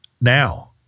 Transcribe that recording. now